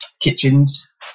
kitchens